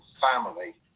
family